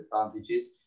advantages